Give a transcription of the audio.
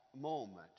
moment